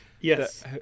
Yes